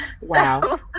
Wow